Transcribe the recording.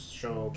show